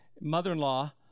mother-in-law